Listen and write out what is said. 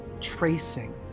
tracing